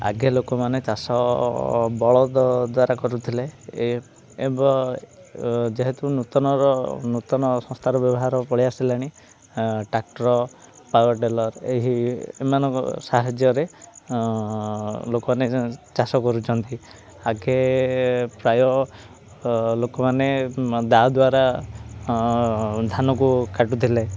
ଆଗେ ଲୋକମାନେ ଚାଷ ବଳଦ ଦ୍ୱାରା କରୁଥିଲେ ଏବ ଯେହେତୁ ନୂତନର ନୂତନ ସଂସ୍ଥାର ବ୍ୟବହାର ପଳାଇ ଆସିଲାଣି ଟ୍ରାକ୍ଟର ପାୱାର୍ ଟିଲର୍ ଏହି ଏମାନଙ୍କ ସାହାଯ୍ୟ ରେ ଲୋକମାନେ ଚାଷ କରୁଛନ୍ତି ଆଗେ ପ୍ରାୟ ଲୋକମାନେ ଦାଆ ଦ୍ୱାରା ଧାନକୁ କାଟୁଥିଲେ